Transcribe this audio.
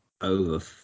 over